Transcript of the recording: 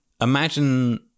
Imagine